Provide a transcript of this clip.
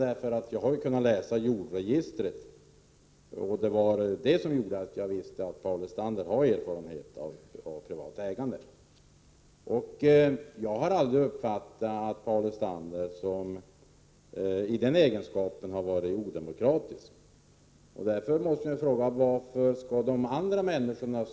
Jag har nämligen kunnat läsa i jordregistret, och av den anledningen visste jag att Paul Lestander har erfarenhet av privat ägande. Jag har aldrig uppfattat att Paul Lestander har varit odemokratisk i den egenskapen. Därför måste jag fråga: Varför skulle då andra människor vara det?